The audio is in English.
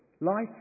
life